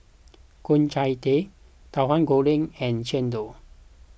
Ku Chai Kueh Tahu Goreng and Chendol